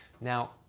Now